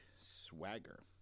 Swagger